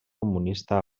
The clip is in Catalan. comunista